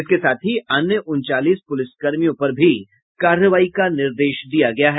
इसके साथ ही अन्य उनचालीस पुलिसकर्मियों पर भी कार्रवाई का निर्देश दिया गया है